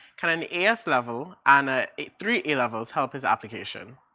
kind of as level and three a-levels help his application?